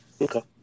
okay